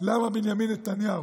למה בנימין נתניהו,